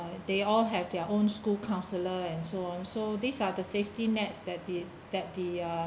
they all have their own school counsellor and so on so these are the safety nets that the that the uh